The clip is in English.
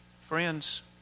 Friends